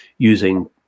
using